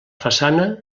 façana